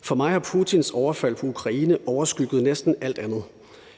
For mig har Putins overfald på Ukraine overskygget næsten alt andet.